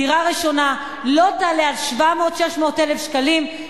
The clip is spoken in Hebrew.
דירה ראשונה לא תעלה על 600,000 700,000 שקלים.